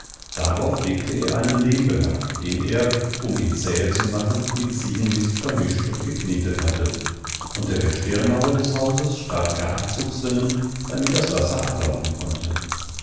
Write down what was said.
darauf legte er einen lehmbelag den er um ihn zähe zu machen mit ziegenmist vermischt und geknetet hatte unter der stirnmauer des hauses stach er abzugsrinnen damit das wasser ablaufen konnte